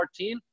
14